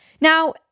Now